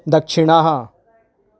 दक्षिणः